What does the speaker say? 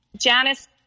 Janice